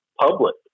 public